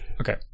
okay